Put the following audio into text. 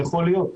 יכול להיות.